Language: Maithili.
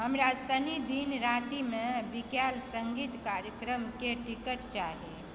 हमरा शनि दिन रातिमे बिकायल सङ्गीत कार्यक्रम के टिकट चाही